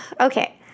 okay